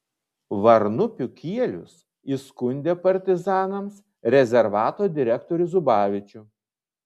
varnupių kielius įskundė partizanams rezervato direktorių zubavičių